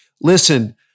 listen